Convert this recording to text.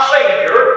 Savior